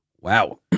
Wow